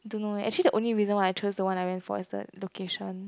don't know leh actually the only reason why I chose the one I went for is the location